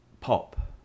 pop